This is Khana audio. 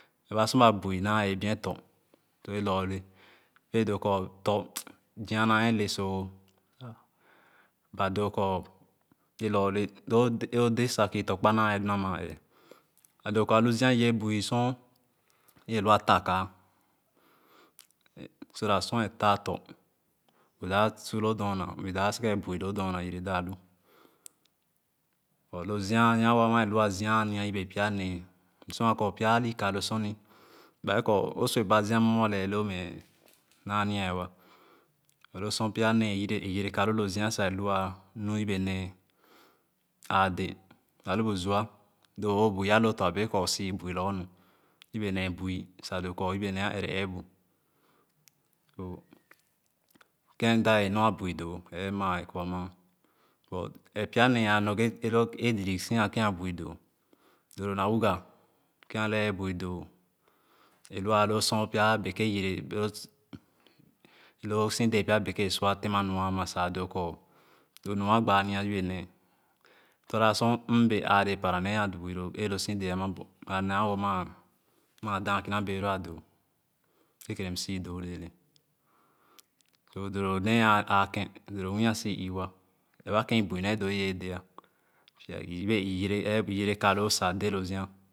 E̱re ba sor ba bui naa wɛɛ buen tɔ̃ ye lorle bee doo kor tɔ̃ hc’ss zia naa ale so a doo kor ye lorle loo odɛ sa kii tɔ̃ kpa naa wɛɛ lu na maa eeh a doo kor a lu zia i wɛɛ bui sor ee lua ta kae so that sor a taa tɔ̃ o dap su wo dorna o dap sen thèn bui loo dorna yere daa lu but lu zia a nya wo ama alua zia a nua yebe pya nee msua kor pya a gu ka lo sor izi ba wɛɛ kor o su baa zia ama wa lee loh mɛ a naa wa but lo sor pya nee ee yere ka loo lo zia sa a lu lu yabe nee aa dɛ a lu bu zua doo o bui a loo tɔ̃ a bee kor sii bui lorgor nu yebe nee bui sa doo kor yebe nee a ɛrɛ eebu kèn m da bee nor a bui doo eeh maa e kor ama kor pya nee a nor ghe ee loo ee zii zii si kream a bui doo doo doo eeh lua lo sor pya beke yere both loo su dēē pya beke ee sua thema nua ama sa a doo kor lo nu agbaa mua ama sa a doo kor lo mu agebaa na yebe nee tua tua sor m bee āā dēē ama a mya wo maa daah kèna bee loo a bui ee kɛrɛ m su bii leele so doo doo nee a aakem doo doo nwuni a sii wa ɛre ba kèn i bui do nai yee dɛ̃ yebe ii yere eebu i yere ka loo sa dɛ lo zia ̣